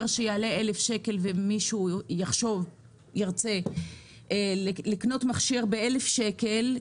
שיעלה 1,000 שקל ומישהו ירצה לקנות מכשיר ב-1,000 שקל,